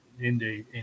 indeed